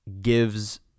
gives